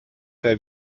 der